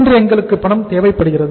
இன்று எங்களுக்கு பணம் தேவைப்படுகிறது